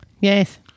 Yes